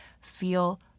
feel